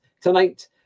tonight